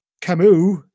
Camus